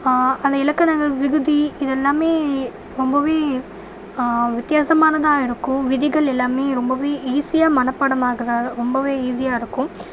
அந்த இலக்கணங்கள் விகுதி இது எல்லாமே ரொம்பவே வித்தியாசமானதாக இருக்கும் விதிகள் எல்லாமே ரொம்பவே ஈசியாக மனப்பாடம் ஆகிற ரொம்பவே ஈசியாக இருக்கும்